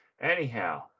Anyhow